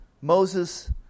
Moses